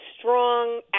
strong